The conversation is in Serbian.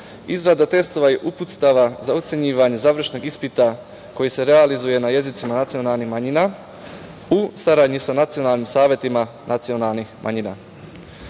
izrada testova i uputstava za ocenjivanje završnog ispita koji se realizuje na jezicima nacionalnih manjina u saradnji sa nacionalnim savetima nacionalnih manjina